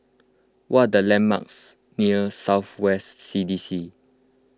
what are the landmarks near South West C D C